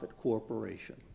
corporation